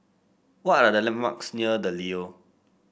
what are the landmarks near The Leo